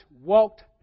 walked